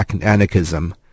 anarchism